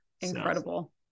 incredible